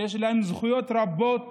שיש להם זכויות רבות